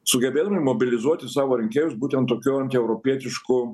sugebėdami mobilizuoti savo rinkėjus būtent tokių antieuropietiškų